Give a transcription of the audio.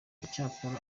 icyakora